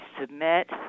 submit